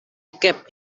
kept